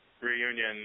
reunion